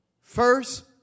First